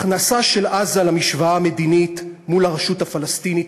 הכנסה של עזה למשוואה המדינית מול הרשות הפלסטינית,